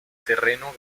terreno